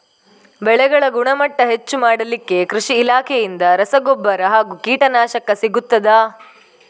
ಬೆಳೆಗಳ ಗುಣಮಟ್ಟ ಹೆಚ್ಚು ಮಾಡಲಿಕ್ಕೆ ಕೃಷಿ ಇಲಾಖೆಯಿಂದ ರಸಗೊಬ್ಬರ ಹಾಗೂ ಕೀಟನಾಶಕ ಸಿಗುತ್ತದಾ?